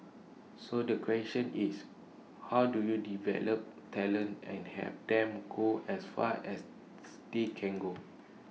so the question is how do you develop talent and have them go as far as they can go